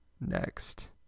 next